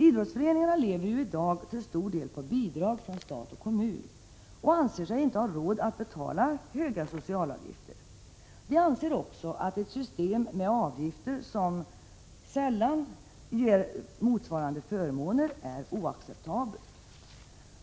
Idrottsföreningarna lever i dag till stor del på bidrag från stat och kommun och anser sig inte ha råd att betala höga sociala avgifter. De anser också att ett system med avgifter som sällan ger motsvarande förmåner är oacceptabelt.